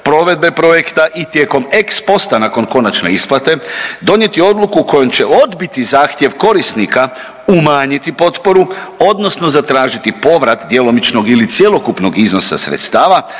provedbe projekta i tijekom ex posta nakon konačne isplate donijeti odluku kojom će odbiti zahtjev korisnika, umanjiti potporu odnosno zatražiti povrat djelomičnog ili cjelokupnog iznosa sredstva